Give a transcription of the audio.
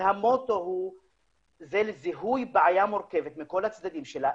והמוטו הוא זיהוי של בעיה מורכבת מכל הצדדים שלה,